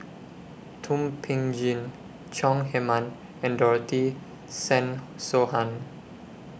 Thum Ping Tjin Chong Heman and Dorothy Tessensohn